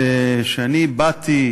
ושאני באתי